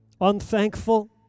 unthankful